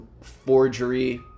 forgery